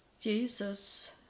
Jesus